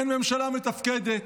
אין ממשלה מתפקדת,